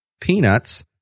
peanuts